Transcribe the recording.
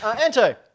Anto